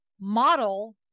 model